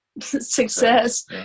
success